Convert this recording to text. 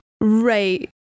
Right